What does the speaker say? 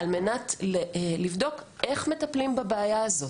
על מנת לבדוק איך מטפלים בבעיה הזאת.